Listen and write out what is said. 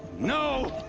no!